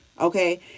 okay